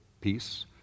peace